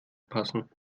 passen